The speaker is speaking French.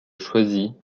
choisis